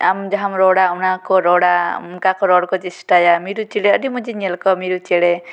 ᱟᱢ ᱡᱟᱦᱟᱢ ᱨᱚᱲᱟ ᱚᱱᱟ ᱠᱚ ᱨᱚᱲᱟ ᱚᱱᱠᱟ ᱠᱚ ᱨᱚᱲ ᱠᱚ ᱪᱮᱥᱴᱟᱭᱟ ᱢᱤᱨᱩ ᱪᱮᱬᱮ ᱟᱹᱰᱤ ᱢᱚᱡᱽ ᱤᱧ ᱧᱮᱞ ᱠᱚᱣᱟ ᱢᱤᱨᱩ ᱪᱮᱬᱮ